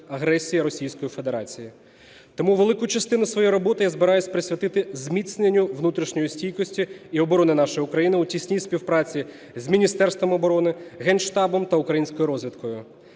агресії Російської Федерації. Тому велику частину своєї роботи я збираюсь присвятити зміцненню внутрішньої стійкості і оборони нашої України у тісній співпраці з Міністерством оборони, Генштабом та українською розвідкою.